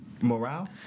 Morale